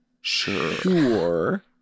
sure